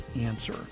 answer